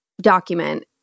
document